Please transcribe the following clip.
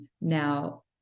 now